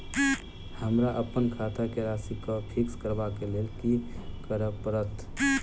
हमरा अप्पन खाता केँ राशि कऽ फिक्स करबाक लेल की करऽ पड़त?